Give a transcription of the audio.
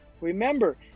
Remember